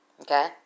Okay